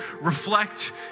reflect